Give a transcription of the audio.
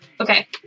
Okay